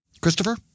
Christopher